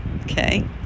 okay